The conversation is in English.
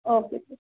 okay sir